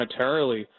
monetarily